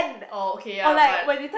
oh okay ya but